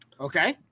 Okay